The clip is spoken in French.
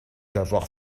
d’avoir